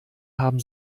haben